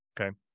Okay